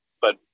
But-